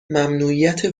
ممنوعیت